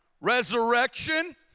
Resurrection